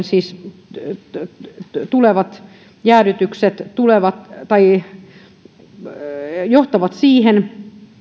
siis nämä tulevat jäädytykset johtavat siihen